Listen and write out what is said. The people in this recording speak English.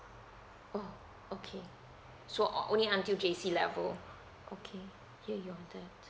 oh okay so on only until J_C level okay hear you on that